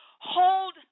hold